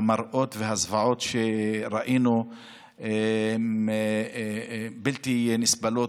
המראות והזוועות שראינו הם בלתי נסבלים.